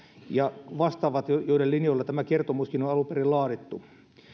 ja vastaavat joiden linjoilla tämä kertomuskin on alun perin laadittu